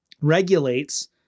regulates